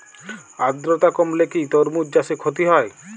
আদ্রর্তা কমলে কি তরমুজ চাষে ক্ষতি হয়?